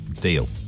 deal